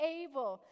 able